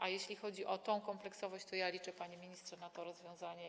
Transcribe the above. A jeśli chodzi o tę kompleksowość, to ja liczę, panie ministrze, na to rozwiązanie.